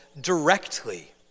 directly